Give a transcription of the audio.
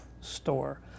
store